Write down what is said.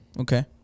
Okay